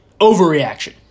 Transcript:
overreaction